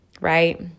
right